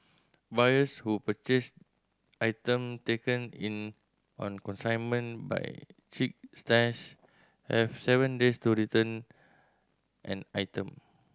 buyers who purchase item taken in on consignment by Chic Stash have seven days to return an item